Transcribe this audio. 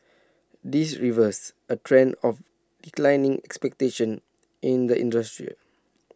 this reverses A trend of declining expectations in the industry